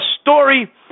story